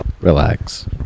Relax